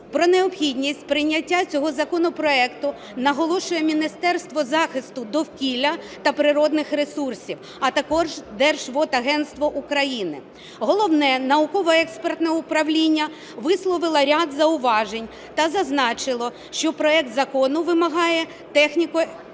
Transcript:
Про необхідність прийняття цього законопроекту наголошує Міністерство захисту довкілля та природних ресурсів, а також Держводагентство України. Головне науково-експертне управління висловило ряд зауважень та зазначило, що проект закону вимагає техніко-юридичного